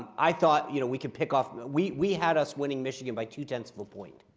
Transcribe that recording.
i thought you know we can pick off we we had us winning michigan by two-tenths of a point.